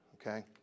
Okay